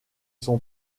son